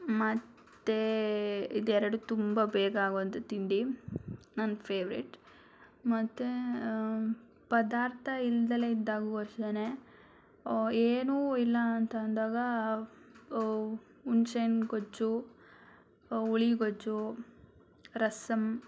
ಮತ್ತು ಇದೆರಡು ತುಂಬ ಬೇಗ ಆಗುವಂಥ ತಿಂಡಿ ನನ್ನ ಫೇವ್ರೆಟ್ ಮತ್ತು ಪದಾರ್ಥ ಇಲ್ಲದಲೇ ಇದ್ದಾಗೂ ಅಷ್ಟೇ ಏನು ಇಲ್ಲ ಅಂತ ಅಂದಾಗ ಹುಣ್ಶೆ ಹಣ್ ಗೊಜ್ಜು ಹುಳಿ ಗೊಜ್ಜು ರಸಮ್